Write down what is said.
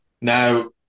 Now